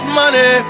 money